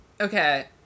okay